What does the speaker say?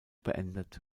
beendet